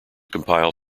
compile